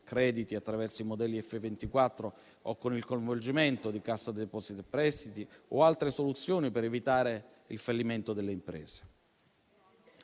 crediti attraverso i modelli F24, con il coinvolgimento di Cassa depositi e prestiti o altre soluzioni per evitare il fallimento delle imprese.